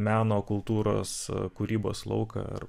meno kultūros kūrybos lauką ar